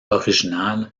original